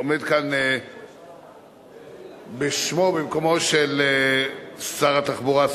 עומד כאן בשמו ובמקומו של שר התחבורה,